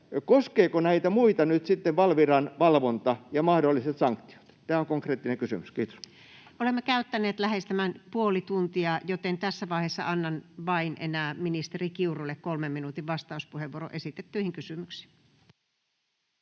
koskevatko näitä muita nyt sitten Valviran valvonta ja mahdolliset sanktiot? Tämä on konkreettinen kysymys. — Kiitos. Olemme käyttäneet lähes tämän puoli tuntia, joten tässä vaiheessa annan vain enää ministeri Kiurulle 3 minuutin vastauspuheenvuoron esitettyihin kysymyksiin.